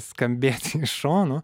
skambėti iš šono